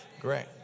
Great